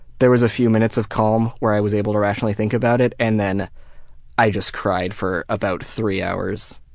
there was a few minutes of calm where i was able to rationally think about it and then i just cried for about three hours,